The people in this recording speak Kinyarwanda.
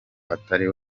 atari